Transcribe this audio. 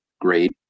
great